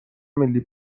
ملی